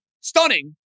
stunning